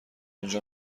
اونجا